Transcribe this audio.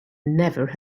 never